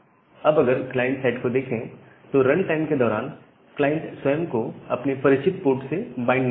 अब अगर client side को देखें तो रन टाइम के दौरान क्लाइंट स्वयं को अपने परिचित पोर्ट से बाइंड नहीं करता